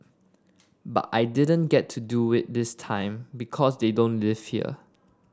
but I didn't get to do it this time because they don't live here